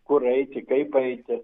kur eiti kaip eiti